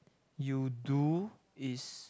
you do is